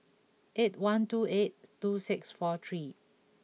eight one two eight two six four three